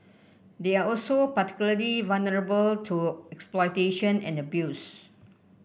they are also particularly vulnerable to exploitation and abuse